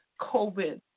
COVID